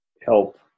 help